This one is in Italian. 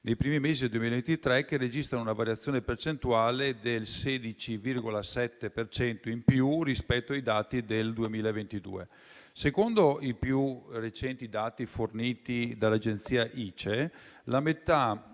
nei primi mesi del 2023, che registrano una variazione percentuale del 16,7 per cento in più rispetto ai dati del 2022. Secondo i più recenti dati forniti dall'agenzia ICE, la metà